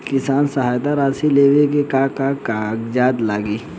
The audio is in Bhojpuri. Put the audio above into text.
किसान सहायता राशि लेवे में का का कागजात लागी?